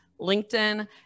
LinkedIn